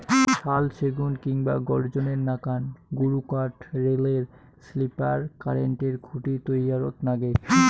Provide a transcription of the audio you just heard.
শাল, সেগুন কিংবা গর্জনের নাকান গুরুকাঠ রেলের স্লিপার, কারেন্টের খুঁটি তৈয়ারত নাগে